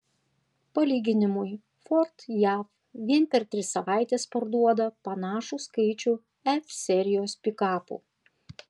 palyginimui ford jav vien per tris savaites parduoda panašų skaičių f serijos pikapų